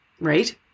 right